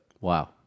Wow